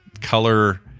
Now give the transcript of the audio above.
color